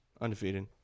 undefeated